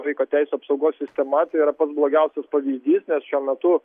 vaiko teisių apsaugos sistema tai yra pats blogiausias pavyzdys nes šiuo metu